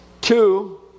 Two